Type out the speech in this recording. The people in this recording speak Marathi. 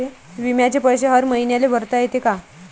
बिम्याचे पैसे हर मईन्याले भरता येते का?